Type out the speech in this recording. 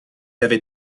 avait